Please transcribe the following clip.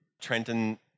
Trenton